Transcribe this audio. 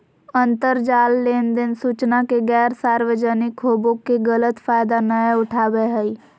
अंतरजाल लेनदेन सूचना के गैर सार्वजनिक होबो के गलत फायदा नयय उठाबैय हइ